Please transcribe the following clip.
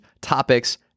topics